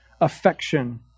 affection